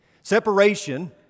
Separation